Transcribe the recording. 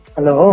Hello